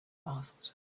asked